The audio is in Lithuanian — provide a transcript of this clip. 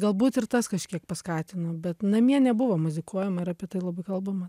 galbūt ir tas kažkiek paskatino bet namie nebuvo muzikuojama ir apie tai labai kalbama